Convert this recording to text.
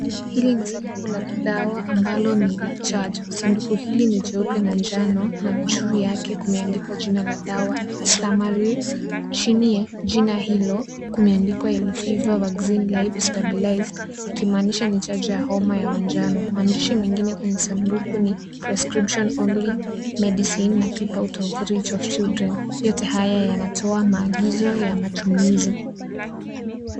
Hili ni sanduku la dawa ambalo ni la chanjo. Chanjo hili ni jeupe na njano na juu yake kumeandikwa jina la dawa "Stamaryl". Chini ya jina hilo, kumeandikwa Elvivo vaccine live stabilized ikimaanisha ni chanjo ya homa ya manjano. Maandishi mengine kwenye sanduku ni " prescription only mesicine na keep out of reach of children . Yote haya yanatoa maagizo ya matumizi.